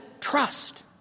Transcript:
trust